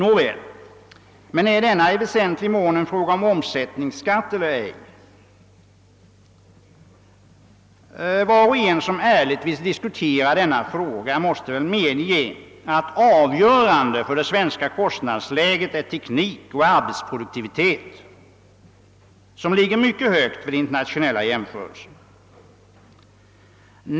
Frågan är emellertid om detta i väsentlig mån är ett spörsmål om omsättningsskatt eller ej. Var och en som ärligt vill diskutera denna fråga måste väl medge, att de avgörande faktorerna för det svenska kostnadsläget är teknik och arbetsproduktivitet, vilka ligger mycket högt vid internatio nella jämförelser.